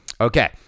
Okay